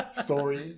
Story